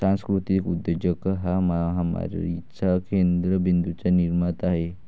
सांस्कृतिक उद्योजक हा महामारीच्या केंद्र बिंदूंचा निर्माता आहे